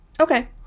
Okay